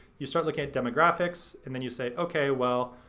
you start looking at demographics and then you say, okay, well,